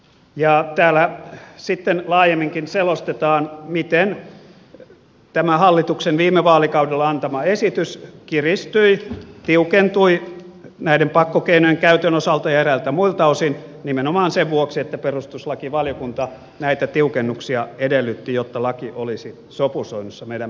ja sitten laajemminkin selostetaan miten tämä hallituksen viime vaalikaudella antama esitys kiristyi tiukentui näiden pakkokeinojen käytön osalta ja eräiltä muilta osin nimenomaan sen vuoksi että perustuslakivaliokunta näitä tiukennuksia edellytti jotta laki olisi sopusoinnussa meidän perustuslakimme kanssa